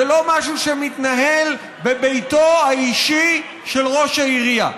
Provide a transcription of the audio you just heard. זה לא משהו שמתנהל בביתו האישי של ראש העירייה.